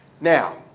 Now